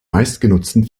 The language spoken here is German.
meistgenutzten